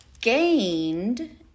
gained